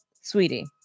Sweetie